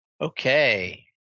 Okay